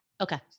Okay